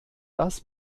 das